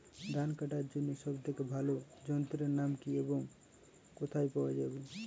ধান কাটার জন্য সব থেকে ভালো যন্ত্রের নাম কি এবং কোথায় পাওয়া যাবে?